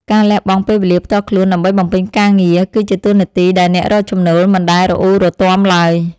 ការលះបង់ពេលវេលាផ្ទាល់ខ្លួនដើម្បីបំពេញការងារ គឺជាតួនាទីដែលអ្នករកចំណូលមិនដែលរអ៊ូរទាំឡើយ។